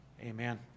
Amen